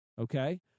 Okay